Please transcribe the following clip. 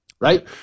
Right